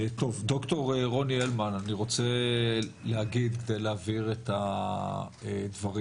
ד"ר רוני הלמן, אני רוצה להגיד ולהבהיר את הדברים.